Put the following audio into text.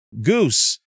Goose